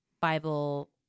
Bible